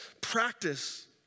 practice